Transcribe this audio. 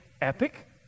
epic